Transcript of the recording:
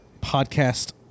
podcast